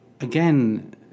Again